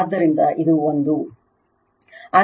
ಆದ್ದರಿಂದ ಇದು ಒಂದು